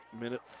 Minute